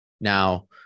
Now